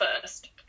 first